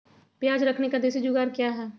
प्याज रखने का देसी जुगाड़ क्या है?